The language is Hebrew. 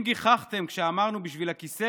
אם גיחכתם כשאמרנו שבשביל הכיסא